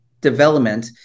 development